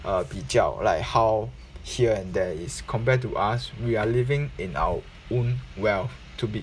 uh 比较 like how here and there is compared to us we are living in our own wealth to be